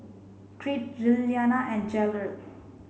Creed Lilyana and Jerald